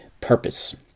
purpose